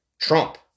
Trump